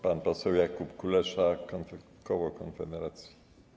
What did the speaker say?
Pan poseł Jakub Kulesza, koło Konfederacji.